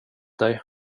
dig